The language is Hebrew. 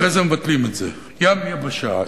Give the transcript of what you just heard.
אחרי זה מבטלים את זה, ים, יבשה.